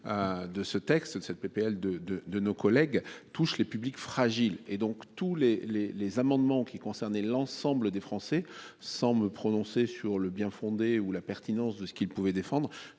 De ce texte de cette PPL de de de nos collègues touchent les publics fragiles et donc tous les les les amendements qui concernait l'ensemble des Français. Sans me prononcer sur le bien-fondé ou la pertinence de ce qu'il pouvait défendre